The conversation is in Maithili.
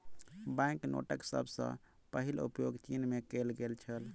बैंक नोटक सभ सॅ पहिल उपयोग चीन में कएल गेल छल